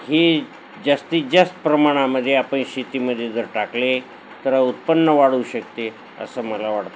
ही जास्तीत जास्त प्रमाणामध्ये आपण शेतीमध्ये जर टाकले तर उत्पन्न वाढवू शकते असं मला वाटतं